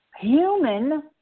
human